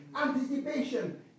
anticipation